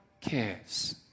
cares